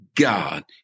God